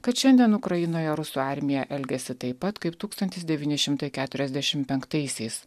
kad šiandien ukrainoje rusų armija elgiasi taip pat kaip tūkstantis devyni šimtai keturiasdešimt penktaisiais